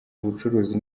ubucuruzi